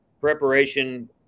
preparation